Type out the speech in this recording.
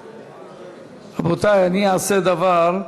רבותי, אני אעשה דבר,